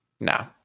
No